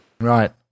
Right